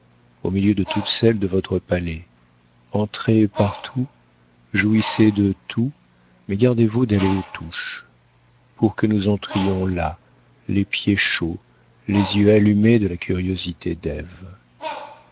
au milieu de toutes celles de votre palais entrez partout jouissez de tout mais gardez-vous d'aller aux touches pour que nous entrions là les pieds chauds les yeux allumés de la curiosité